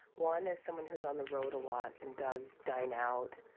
one is someone who's on the road a lot and does dine out.